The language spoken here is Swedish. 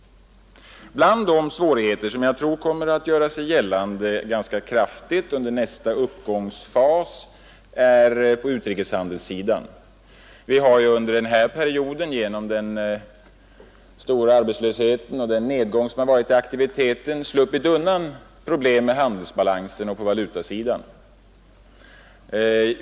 Bland de svårigheter som jag tror kommer att göra sig gällande ganska kraftigt under nästa uppgångsfas är de som kommer att återfinnas på utrikeshandelssidan. Under den gångna perioden av stor arbetslöshet och nedgång i aktiviteten har vi sluppit undan handelsbalansproblem och problem på valutasidan.